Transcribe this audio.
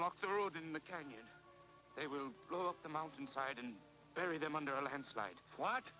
blocked the road in the canyon they will go up the mountainside and bury them under a landslide watch